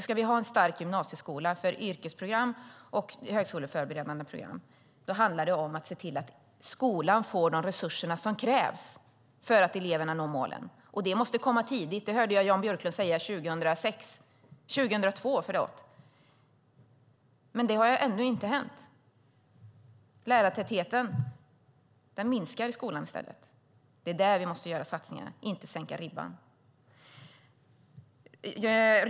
Ska vi ha en stark gymnasieskola för yrkesprogram och högskoleförberedande program handlar det om att se till att skolan får de resurser som krävs för att eleverna ska nå målen. Det måste komma tidigt. Det hörde jag Jan Björklund säga 2002. Men det har ändå inte hänt. Lärartätheten minskar i stället i skolan. Det är där vi måste göra satsningarna, inte sänka ribban.